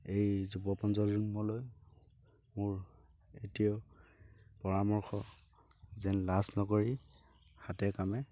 এই যুৱ প্ৰজন্মলৈ মোৰ এতিয়াও পৰামৰ্শ যেন লাজ নকৰি হাতে কামে